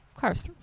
cars